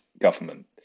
government